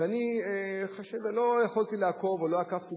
ואני לא יכולתי לעקוב או לא עקבתי